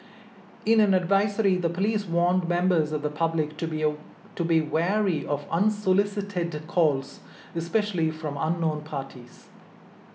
in an advisory the police warned members of the public to be wary of unsolicited calls especially from unknown parties